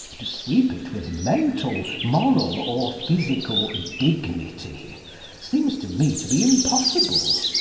to sweep it with mental, moral, or physical dignity seems to me to be impossible.